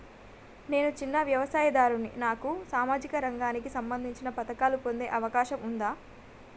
నేను చిన్న వ్యవసాయదారుడిని నాకు సామాజిక రంగానికి సంబంధించిన పథకాలు పొందే అవకాశం ఉందా?